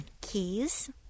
Keys